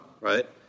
Right